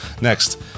next